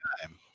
time